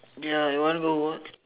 ya you want go work